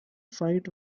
fight